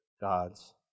gods